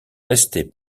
restée